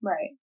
Right